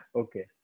okay